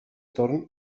torn